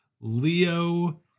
Leo